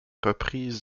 reprises